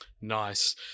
nice